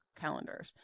calendars